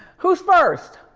who's first?